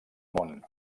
món